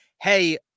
hey